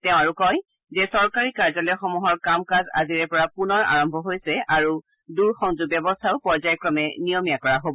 তেওঁ আৰু কয় যে চৰকাৰী কাৰ্যালয়সমূহৰ কাম কাজ আজিৰে পৰা পুনৰ আৰম্ভ হৈছে আৰু দূৰ সংযোগ ব্যৱস্থাও পৰ্যায় ক্ৰমে নিয়মীয়া কৰা হ'ব